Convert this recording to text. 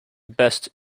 best